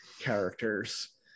characters